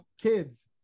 kids